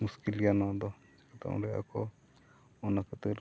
ᱢᱩᱥᱠᱤᱞ ᱜᱮᱭᱟ ᱱᱚᱣᱟ ᱫᱚ ᱪᱮᱠᱟᱛᱮ ᱚᱸᱰᱮ ᱟᱠᱚ ᱚᱱᱟ ᱠᱷᱟᱹᱛᱤᱨ